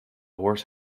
horse